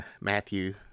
Matthew